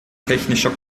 technischer